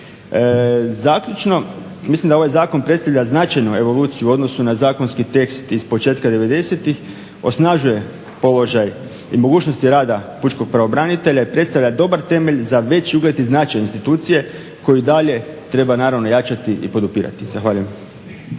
Zaključno, mislim da ovaj zakon predstavlja značajnu evoluciju u odnosu na zakonski tekst iz početka devedesetih, osnažuje položaj i mogućnosti rada pučkog pravobranitelja i predstavlja dobar temelj za veći ugled i značaj institucije koju i dalje treba naravno jačati i podupirati. Zahvaljujem.